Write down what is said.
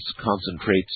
concentrates